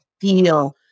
feel